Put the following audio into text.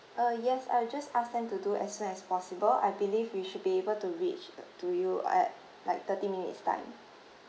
uh yes I will just ask them to do as soon as possible I believe we should be able to reach uh to you at like thirty minutes time